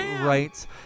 right